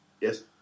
Yes